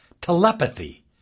telepathy